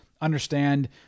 understand